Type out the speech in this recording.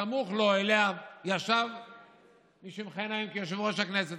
סמוך אליו ישב מי שמכהן כיושב-ראש הכנסת.